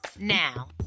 now